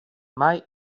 mai